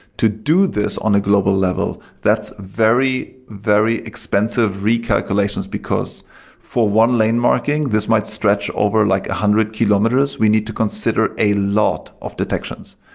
to do this on a global level, that's very, very expensive recalculations, because for one lane marking, this might stretch over like a hundred kilometers. we need to consider a lot of detections.